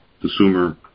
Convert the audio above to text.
consumer